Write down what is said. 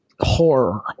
horror